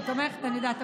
את תומכת, אני יודעת.